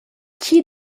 tgi